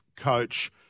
coach